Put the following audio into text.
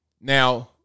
Now